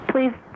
please